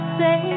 say